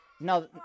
No